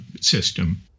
system